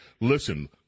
listen